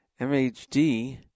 MHD